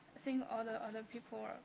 think all the other people were.